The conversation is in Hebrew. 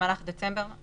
במהלך דצמבר.